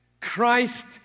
Christ